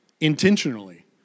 intentionally